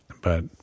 but-